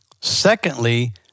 Secondly